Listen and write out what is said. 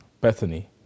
Bethany